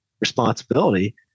responsibility